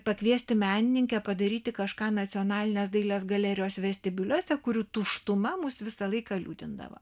pakviesti menininkę padaryti kažką nacionalinės dailės galerijos vestibiuliuose kurių tuštuma mus visą laiką liūdindavo